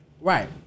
Right